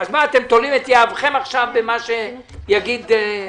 תולים את יהבכם במה שיגיד טמקין?